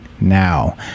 now